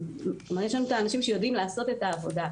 כלומר יש לנו את האנשים שיודעים לעשות את העבודה.